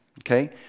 Okay